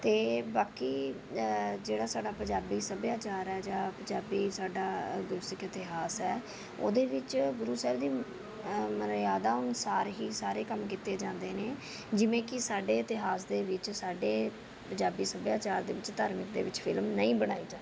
ਅਤੇ ਬਾਕੀ ਜਿਹੜਾ ਸਾਡਾ ਪੰਜਾਬੀ ਸੱਭਿਆਚਾਰ ਹੈ ਜਾਂ ਪੰਜਾਬੀ ਸਾਡਾ ਅ ਗੁਰਸਿੱਖ ਇਤਿਹਾਸ ਹੈ ਉਹਦੇ ਵਿੱਚ ਗੁਰੂ ਸਾਹਿਬ ਦੀ ਮਰਿਆਦਾ ਅਨੁਸਾਰ ਹੀ ਸਾਰੇ ਕੰਮ ਕੀਤੇ ਜਾਂਦੇ ਨੇ ਜਿਵੇਂ ਕਿ ਸਾਡੇ ਇਤਿਹਾਸ ਦੇ ਵਿੱਚ ਸਾਡੇ ਪੰਜਾਬੀ ਸੱਭਿਆਚਾਰ ਦੇ ਵਿੱਚ ਧਾਰਮਿਕ ਦੇ ਵਿੱਚ ਫਿਲਮ ਨਹੀਂ ਬਣਾਈ ਜਾਂਦੀ